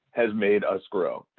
has made us grow.